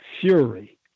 fury